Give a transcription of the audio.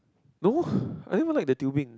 no I knew what they doing